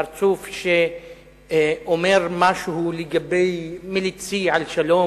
פרצוף שאומר משהו מליצי על שלום,